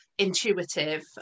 intuitive